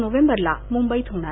नाव्हेंबरला मुंबईत होणार